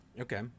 Okay